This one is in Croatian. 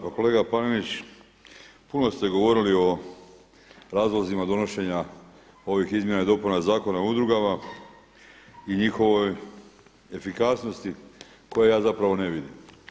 Pa kolega Panenić, puno ste govorili o razlozima donošenja ovih izmjena i dopuna Zakona o udrugama i njihovoj efikasnosti koju ja zapravo ne vidim.